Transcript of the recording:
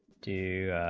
two